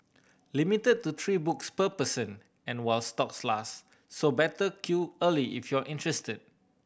limit to three books per person and while stocks last so better queue early if you're interested